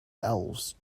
elves